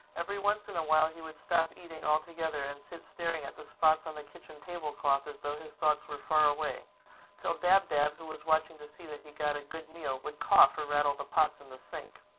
every once in a while he would stop eating altogether and sit staring at the spots on the kitchen table-cloth as though his thoughts were far away till dab-dab, who was watching to see that he got a good meal, would cough or rattle the pots in the sink.